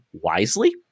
wisely